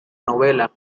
novela